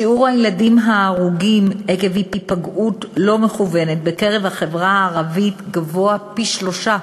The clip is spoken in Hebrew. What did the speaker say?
שיעור הילדים ההרוגים עקב היפגעות לא מכוונת בחברה הערבית גבוה פי-שלושה